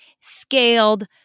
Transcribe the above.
scaled